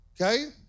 okay